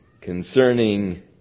concerning